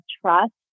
trust